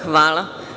Hvala.